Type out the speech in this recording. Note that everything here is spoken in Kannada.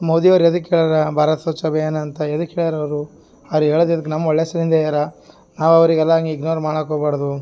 ಮೋದಿಯವ್ರು ಯದಿಕ್ಕೆ ಹೇಳ್ರ ಭಾರತ್ ಸ್ವಚ್ಚ ಅಭಿಯಾನ ಅಂತ ಯದಿಕ್ಕೆ ಹೇಳ್ಯಾರವರು ಅವ್ರು ಹೇಳೋದು ಯದಿಕ್ಕೆ ನಮ್ಮ ಒಳ್ಳೆ ಸಯಿಂದ್ ಹೇರ ನಾವು ಅವರಿಗೆಲ್ಲ ಇಗ್ನೋರ್ ಮಾಡೋಕೆ ಹೋಗಬಾರ್ದು